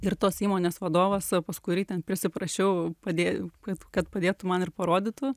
ir tos įmonės vadovas pas kurį ten prisiprašiau padėjo kad kad padėtų man ir parodytų